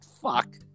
fuck